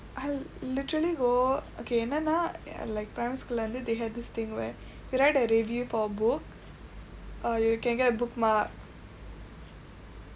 I literally go okay என்னன்னா:ennannaa like primary school-lae வந்து:vandthu they had this thing where you write a review for a book err you can get a bookmark